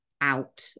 out